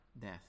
death